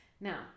now